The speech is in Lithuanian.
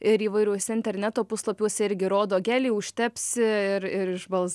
ir įvairiuose interneto puslapiuose irgi rodo gelį užtepsi ir ir išbals